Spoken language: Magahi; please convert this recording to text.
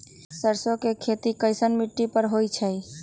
सरसों के खेती कैसन मिट्टी पर होई छाई?